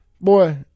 Boy